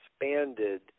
expanded